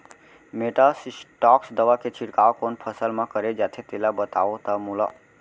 Metasystox दवा के छिड़काव कोन फसल म करे जाथे तेला बताओ त मोला?